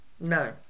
No